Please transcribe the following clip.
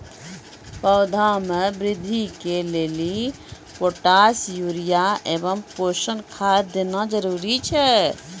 पौधा मे बृद्धि के लेली पोटास यूरिया एवं पोषण खाद देना जरूरी छै?